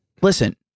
Listen